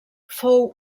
fou